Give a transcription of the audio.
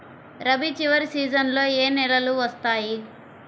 రబీ చివరి సీజన్లో ఏ నెలలు వస్తాయి?